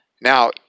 Now